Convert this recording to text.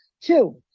Two